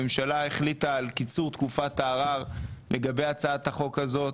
הממשלה החליטה על קיצור על תקופת הערר לגבי הצעת החוק הזו.